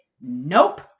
Nope